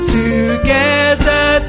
together